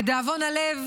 לדאבון הלב,